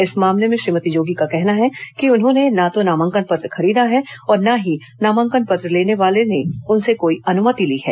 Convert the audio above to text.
इस मामले में श्रीमती जोगी का कहना है कि उन्होंने ना तो नामांकन पत्र खरीदा है और ना ही नामांकन पत्र लेने वाले ने उनसे कोई अनुमति ली है